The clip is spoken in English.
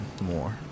more